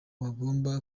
bagomba